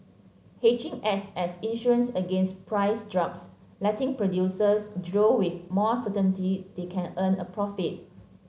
hedging acts as insurance against price drops letting producers drill with more certainty they can earn a profit